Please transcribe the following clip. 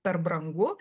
per brangu